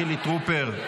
חילי טרופר,